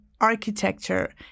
architecture